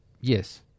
Yes